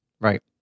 Right